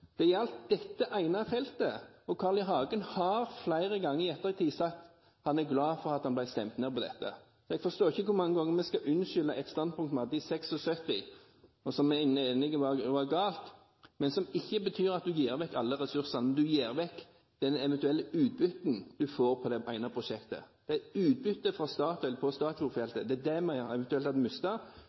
Det gjaldt dette ene feltet, og Carl I. Hagen har flere ganger i ettertid sagt at han er glad for at han ble stemt ned på dette punktet. Jeg forstår ikke hvor mange ganger vi skal unnskylde et standpunkt vi hadde i 1976, og som vi er enig i var galt, men som ikke betydde at du ga vekk alle ressursene. Du ga vekk det eventuelle utbyttet på dette ene prosjektet. Det er utbyttet for Statoil på Statfjordfeltet vi eventuelt hadde mistet. Så er spørsmålet hvordan vi